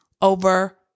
over